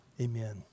amen